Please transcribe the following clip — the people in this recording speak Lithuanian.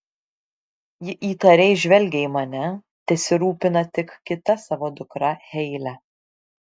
ji įtariai žvelgia į mane tesirūpina tik kita savo dukra heile